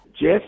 Jeff